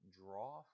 draw